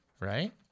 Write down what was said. right